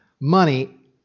Money